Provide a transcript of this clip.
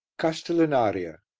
castellinaria.